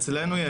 אצלנו יש.